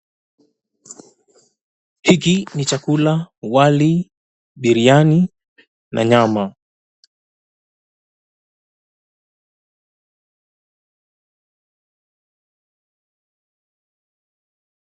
Hiki ni chakula: wali, biriani, na nyama.